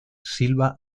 silva